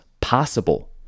possible